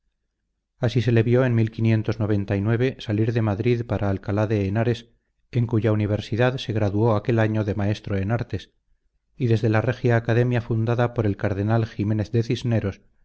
así se le vio en salir de madrid para alcalá de henares en cuya universidad se graduó aquel año de maestro en artes y desde la regia academia fundada por el cardenal ximenez de cisneros